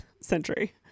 century